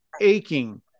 aching